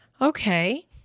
Okay